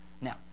Now